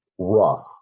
rough